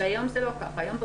אבל היום זה לא ככה.